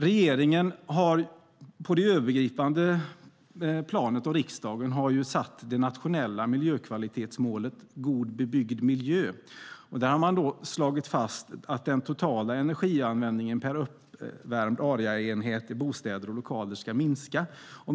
Regeringen och riksdagen har på det övergripande planet satt det nationella miljökvalitetsmålet God bebyggd miljö. Där har man slagit fast att "den totala energianvändningen per uppvärmd areaenhet i bostäder och lokaler minskar.